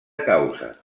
causa